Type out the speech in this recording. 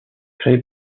créés